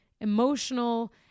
emotional